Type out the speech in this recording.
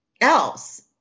else